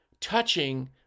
touching